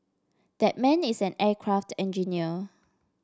that man is an aircraft engineer